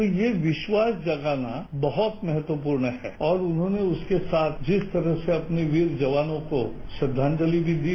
तो ये विश्वास जगाना बहुत महत्वपूर्ण है और उन्होंने उसके साथ जिस तरह से अपने वीर जवानों को श्रद्धांजलि भी दी